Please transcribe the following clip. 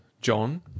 John